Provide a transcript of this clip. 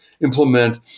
implement